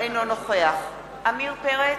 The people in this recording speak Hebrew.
אינו נוכח עמיר פרץ,